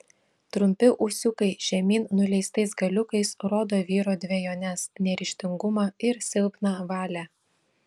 trumpi ūsiukai žemyn nuleistais galiukais rodo vyro dvejones neryžtingumą ir silpną valią